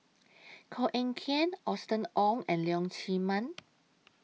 Koh Eng Kian Austen Ong and Leong Chee Mun